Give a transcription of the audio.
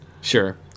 Sure